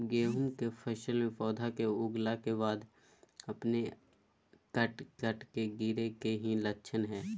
गेहूं के फसल में पौधा के उगला के बाद अपने अपने कट कट के गिरे के की लक्षण हय?